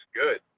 good